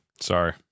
Sorry